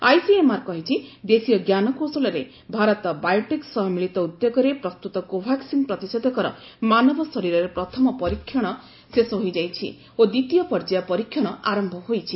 ICMR କହିଛି ଦେଶୀୟ ଜ୍ଞାନକୌଶଳରେ ଭାରତ ବାୟୋଟେକ୍ ସହ ମିଳିତ ଉଦ୍ୟୋଗରେ ପ୍ରସ୍ତୁତ କୋଭାକ୍ସିନ ପ୍ରତିଷେଧକର ମାନବ ଶରୀରରେ ପ୍ରଥମ ପରୀକ୍ଷଣ ଶେଷ ହୋଇଯାଇଛି ଓ ଦ୍ୱିତୀୟ ପର୍ଯ୍ୟାୟ ପରୀକ୍ଷଣ ଆରମ୍ଭ ହୋଇଛି